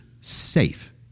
safe